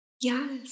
Yes